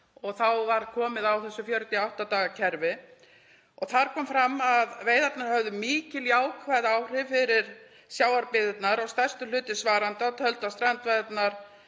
en þá var komið á þessu 48 daga kerfi. Þar kom fram að veiðarnar höfðu mikil jákvæð áhrif fyrir sjávarbyggðirnar og stærstur hluti svarenda taldi að strandveiðarnar